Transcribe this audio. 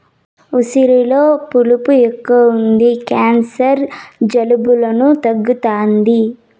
ఉసిరిలో పులుపు ఎక్కువ ఉంటది క్యాన్సర్, జలుబులను తగ్గుతాది